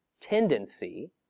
tendency